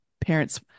parents